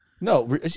no